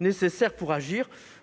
nécessaires pour agir.